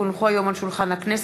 כי הונחה היום על שולחן הכנסת,